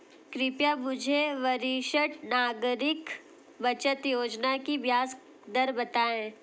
कृपया मुझे वरिष्ठ नागरिक बचत योजना की ब्याज दर बताएं